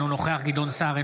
אינו נוכח גדעון סער,